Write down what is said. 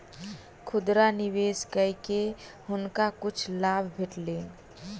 खुदरा निवेश कय के हुनका किछ लाभ भेटलैन